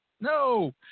no